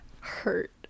hurt